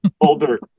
older